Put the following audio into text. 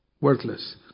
Worthless